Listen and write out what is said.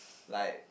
like